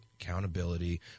accountability